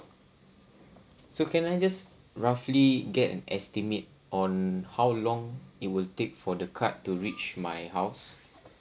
so can I just roughly get an estimate on how long it will take for the card to reach my house